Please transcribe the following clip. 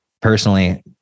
personally